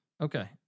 Okay